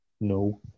No